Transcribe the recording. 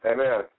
Amen